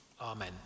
Amen